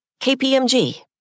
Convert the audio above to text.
KPMG